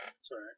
Sorry